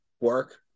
work